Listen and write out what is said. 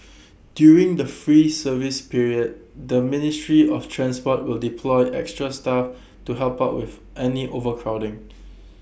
during the free service period the ministry of transport will deploy extra staff to help up with any overcrowding